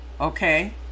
Okay